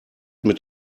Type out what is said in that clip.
mit